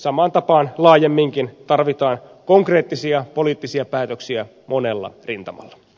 samaan tapaan laajemminkin tarvitaan konkreettisia poliittisia päätöksiä monella rintamalla